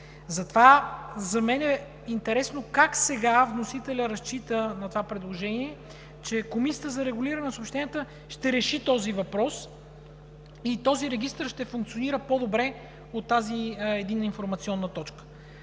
Затова за мен е интересно как сега вносителят на това предложение разчита, че Комисията за регулиране на съобщенията ще реши този въпрос и този регистър ще функционира по-добре от тази единна информационна точка.